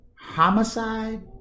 homicide